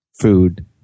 food